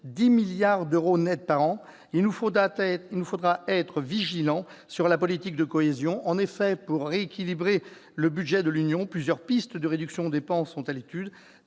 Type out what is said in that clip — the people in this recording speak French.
10 milliards d'euros nets par an, il nous faudra être vigilant sur la politique de cohésion. En effet, pour équilibrer le budget de l'Union, plusieurs pistes de réduction des dépenses sont à l'étude.